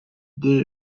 did